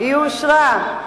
היא אושרה.